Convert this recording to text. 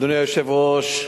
אדוני היושב-ראש,